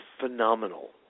phenomenal